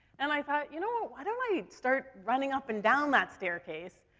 and i thought, you know, why don't i start running up and down that staircase?